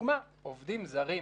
לדוגמה שעובדים זרים,